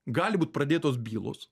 gali būt pradėtos bylos